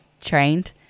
trained